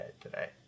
today